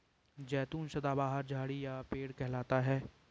जैतून सदाबहार झाड़ी या पेड़ कहलाता है